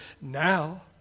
now